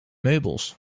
meubels